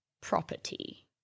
property